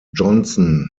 johnson